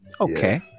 Okay